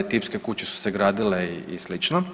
Tipske kuće su se gradile i sl.